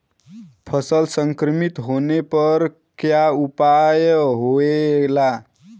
फसल संक्रमित होने पर क्या उपाय होखेला?